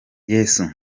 yesu